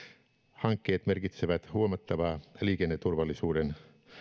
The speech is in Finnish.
hankkeet merkitsevät huomattavaa liikenneturvallisuuden